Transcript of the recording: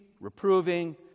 reproving